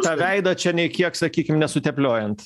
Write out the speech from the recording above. tą veidą čia nei kiek sakykim nesutepliojant